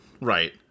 Right